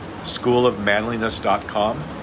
schoolofmanliness.com